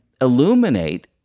illuminate